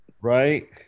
Right